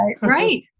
Right